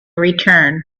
return